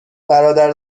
برادر